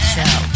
Show